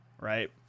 right